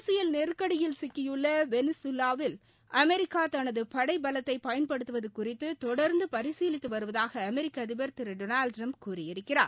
அரசியல் நெருக்கடியில் சிக்கியுள்ள வெளிகவாவில் அமெரிக்கா தனது படை பலத்தை பயன்படுத்துவது குறித்து தொடர்ந்து பரிசீலித்து வருவதாக அமெரிக்க அதிபர் திரு டொனால்டு ட்டிரம்ப் கூறியிருக்கிறார்